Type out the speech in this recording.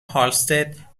هالستد